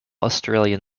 australian